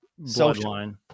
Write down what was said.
bloodline